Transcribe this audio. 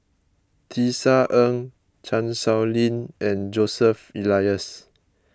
Tisa Ng Chan Sow Lin and Joseph Elias